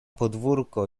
podwórko